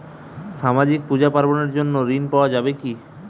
সামাজিক পূজা পার্বণ এর জন্য ঋণ পাওয়া যাবে কি?